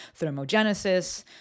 thermogenesis